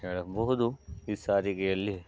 ಹೇಳಬಹುದು ಈ ಸಾರಿಗೆಯಲ್ಲಿ